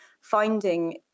finding